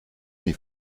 nie